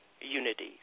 Unity